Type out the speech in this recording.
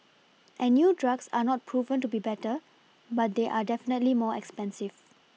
and new drugs are not proven to be better but they are definitely more expensive